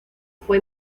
fue